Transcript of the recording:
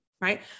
Right